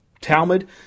Talmud